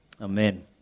Amen